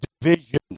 division